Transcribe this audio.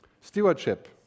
Stewardship